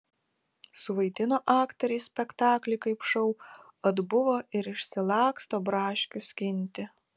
suvaidino aktoriai spektaklį kaip šou atbuvo ir išsilaksto braškių skinti